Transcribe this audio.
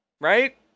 Right